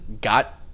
got